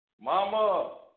mama